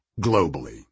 globally